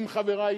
עם חברי,